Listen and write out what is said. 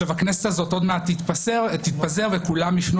הכנסת הזאת עוד מעט תתפזר וכולם יפנו